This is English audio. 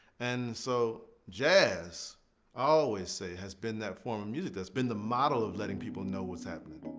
and so, jazz, i always say, has been that form of music that's been the model of letting people know what's happening.